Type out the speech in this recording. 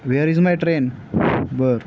wear is my train बरं